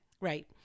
Right